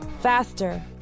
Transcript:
Faster